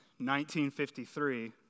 1953